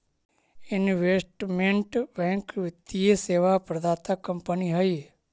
investment bank वित्तीय सेवा प्रदाता कंपनी हई